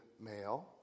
male